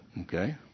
Okay